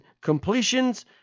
completions